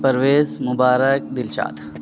Pervez Mubarak Dilshad